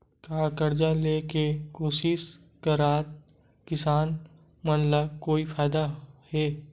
का कर्जा ले के कोशिश करात किसान मन ला कोई फायदा हे?